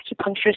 acupuncturist